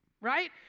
right